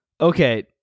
Okay